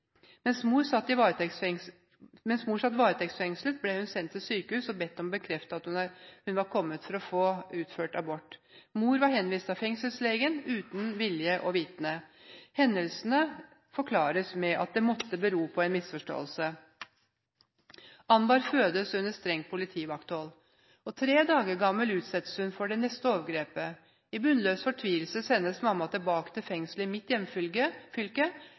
Mens mor satt varetektsfengslet, ble hun sendt til sykehus og bedt om å bekrefte at hun var kommet for å få utført abort. Mor var henvist av fengselslegen, uten vilje og vitende. Hendelsene ble forklart med at det måtte bero på en misforståelse. Anbar ble født under strengt politivakthold. Tre dager gammel ble hun utsatt for det neste overgrepet: I bunnløs fortvilelse ble mamma sendt tilbake til fengselet i mitt hjemfylke,